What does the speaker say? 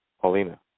Paulina